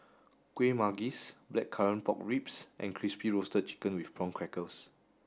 kueh manggis blackcurrant pork ribs and crispy roasted chicken with prawn crackers